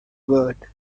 bird